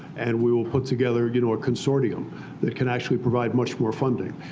and we will put together you know a consortium that can actually provide much more funding.